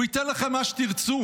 הוא ייתן לכם מה שתרצו.